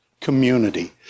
community